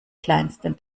kleinsten